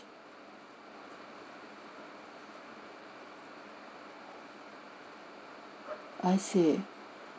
I see